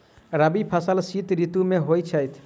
रबी फसल शीत ऋतु मे होए छैथ?